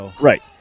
right